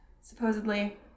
supposedly